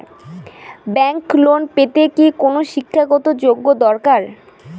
Bank loan পেতে কি কোনো শিক্ষা গত যোগ্য দরকার?